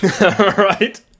Right